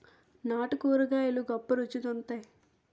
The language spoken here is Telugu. నాటు కూరగాయలు గొప్ప రుచి గుంత్తై